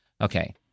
Okay